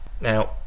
Now